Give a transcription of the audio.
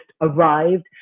arrived